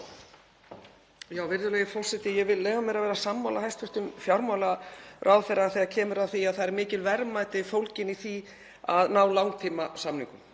Virðulegi forseti. Ég vil leyfa mér að vera sammála hæstv. fjármálaráðherra þegar kemur að því að það eru mikil verðmæti fólgin í því að ná langtímasamningum